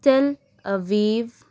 Tel Aviv